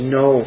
no